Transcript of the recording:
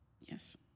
Yes